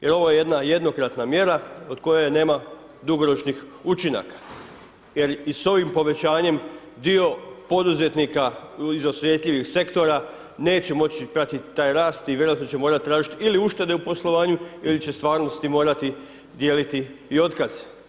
Jel ovo je jedna jednokratna mjera od koje nema dugoročnih učinaka jel i s ovim povećanjem dio poduzetnika iz osjetljivih sektora neće moći pratiti taj rast i vjerojatno će morati tražiti ili uštede u poslovanju ili će u stvarnosti morati dijeliti i otkaz.